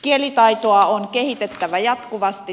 kielitaitoa on kehitettävä jatkuvasti